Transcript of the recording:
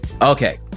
okay